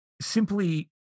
simply